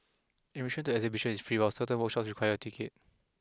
admission to the exhibition is free while certain workshops require a ticket